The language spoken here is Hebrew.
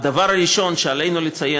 הדבר הראשון שעלינו לעשות,